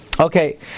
Okay